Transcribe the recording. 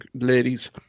ladies